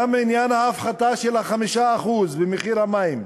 גם בעניין ההפחתה של 5% במחיר המים,